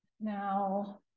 now